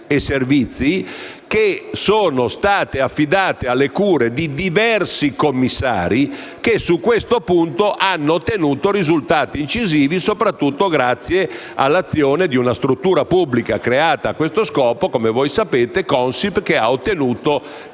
e servizi, che sono state affidate alle cure di diversi commissari che su questo punto hanno ottenuto risultati incisivi, soprattutto grazie all'azione di una struttura pubblica creata a questo scopo - come sapete, è la Consip - che ha fatto sì